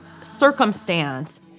circumstance